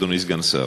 אדוני סגן השר,